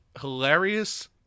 hilarious